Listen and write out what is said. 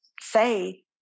say